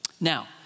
Now